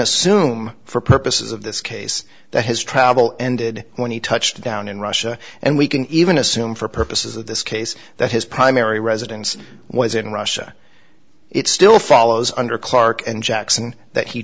assume for purposes of this case that his travel ended when he touched down in russia and we can even assume for purposes of this case that his primary residence was in russia it still follows under clark and jackson that he